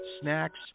snacks